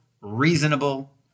reasonable